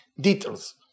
details